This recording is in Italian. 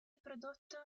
prodotto